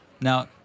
Now